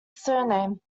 surname